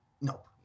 Nope